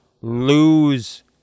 lose